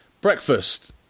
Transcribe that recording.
breakfast